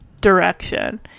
direction